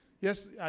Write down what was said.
Yes